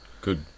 Good